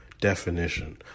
definition